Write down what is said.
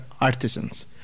artisans